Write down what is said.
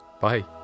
Bye